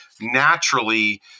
naturally